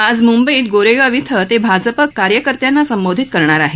आज मुंबईत गोरेगाव इथं ते भाजप कार्यकर्त्यांना संबोधित करणार आहेत